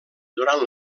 durant